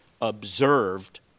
observed